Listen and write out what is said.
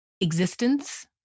existence